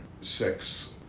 sex